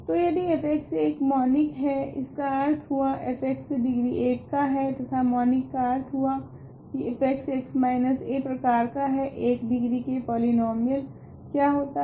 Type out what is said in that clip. तो यदि f एक मॉनिक है इसका अर्थ हुआ f डिग्री 1 का है तथा मॉनिक का अर्थ हुआ की f x a प्रकार का है 1 डिग्री के पॉलीनोमीयल क्या होता है